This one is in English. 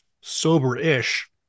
sober-ish